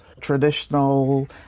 traditional